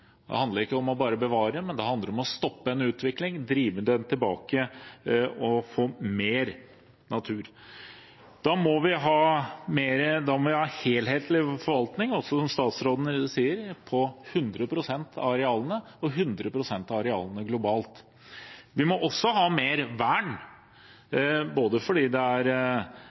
Det handler ikke bare om å bevare, men det handler om å stoppe en utvikling, drive den tilbake og få mer natur. Da må vi ha en helhetlig forvaltning, som statsråden sier, på 100 pst. av arealene, og 100 pst. av arealene globalt. Vi må ha mer vern, fordi det er